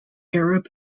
arab